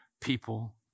people